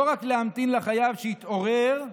לא רק להמתין לחייב שיתעורר,